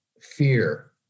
fear